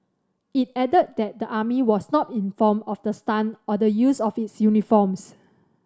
it added that the army was not informed of the stunt or the use of its uniforms